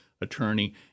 attorney